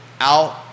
out